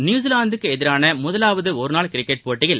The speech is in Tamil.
நியுசிலாந்துக்கு எதிரான முதலாவது ஒருநாள் கிரிக்கெட் போட்டியில்